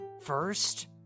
first